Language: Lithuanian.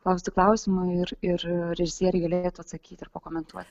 klausti klausimų ir ir režisieriai galėtų atsakyti ir pakomentuoti